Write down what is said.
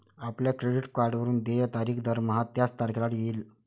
आपल्या क्रेडिट कार्डवरून देय तारीख दरमहा त्याच तारखेला येईल